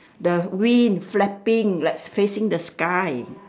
the wing flapping like facing the sky